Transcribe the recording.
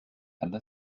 länder